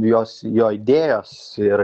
jos jo idėjos ir